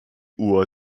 uhr